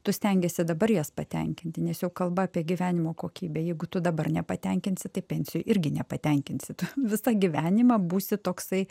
tu stengiesi dabar jas patenkinti nes juk kalba apie gyvenimo kokybę jeigu tu dabar nepatenkinsi tai pensijoj irgi nepatenkinsi tu visą gyvenimą būsi toksai